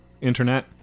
Internet